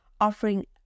offering